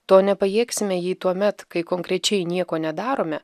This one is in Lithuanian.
to nepajėgsime jei tuomet kai konkrečiai nieko nedarome